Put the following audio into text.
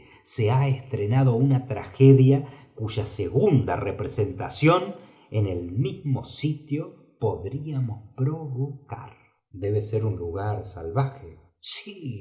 se ha estrenado una tragedia cuya segunda representación en el mismo sitio podríamos provocar debe ser un lugar salvaje